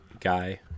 guy